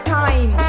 time